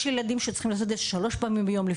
יש ילדים שצריכים לעשות את זה שלוש פעמים ביום,